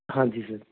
ਹਾਂਜੀ ਸਰ